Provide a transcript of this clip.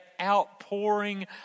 outpouring